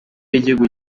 y’igihugu